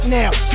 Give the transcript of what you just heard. now